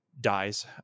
dies